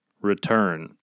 return